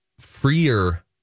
freer